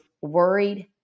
worried